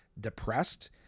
depressed